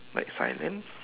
like silence